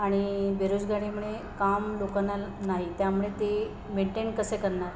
आणि बेरोजगारीमुळे काम लोकांना नाही त्यामुळे ते मेंटेन कसे करणार